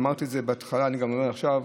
אמרתי את זה בהתחלה ואני גם אומר עכשיו,